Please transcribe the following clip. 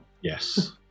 Yes